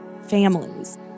families